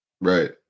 Right